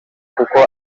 kuko